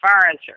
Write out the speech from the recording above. furniture